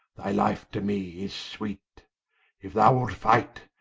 thy life to me is sweet if thou wilt fight,